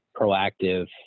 proactive